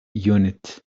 unit